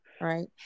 right